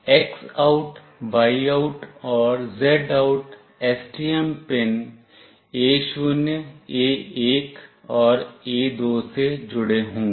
X OUT Y OUT और Z OUT STM pin A0 A1 और A2 से जुड़े होंगे